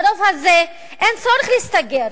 לרוב הזה אין צורך להסתגר